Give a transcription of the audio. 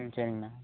ம் சரிங்கண்ணா